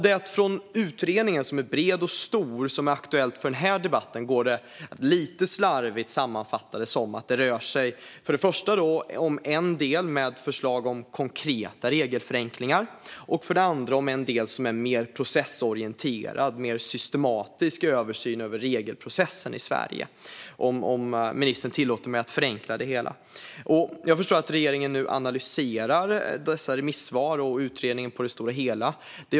Det i utredningen, som är bred och stor, som är aktuellt i denna debatt går lite förenklat att sammanfatta som dels förslag om konkreta regelförenklingar, dels en mer systematisk översyn av regelprocessen i Sverige. Jag förstår att regeringen nu analyserar remissvaren och utredningen i stort.